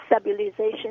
stabilization